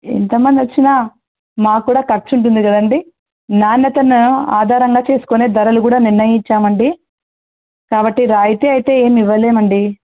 ఎంతమంది వచ్చినా మా కూడా ఖర్చు ఉంటుంది కదండి నాణ్యతను ఆధారంగా చేసుకునే ధరలు కూడా నిర్ణయించాం అండి కాబట్టి రాయితి అయితే ఏమి ఇవ్వలేము అండి